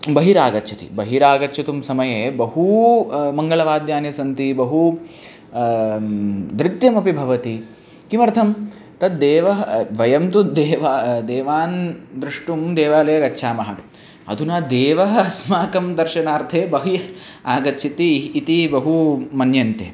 बहिरागच्छति बहिरागन्तुं समये बहू मङ्गलवाद्यानि सन्ति बहु नृत्यमपि भवति किमर्थं तद् देवः वयं तु देवाः देवान् द्रष्टुं देवालये गच्छामः अधुना देवः अस्माकं दर्शनार्थे बहिः आगच्छति इति बहु मन्यन्ते